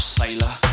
sailor